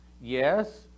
Yes